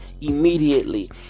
immediately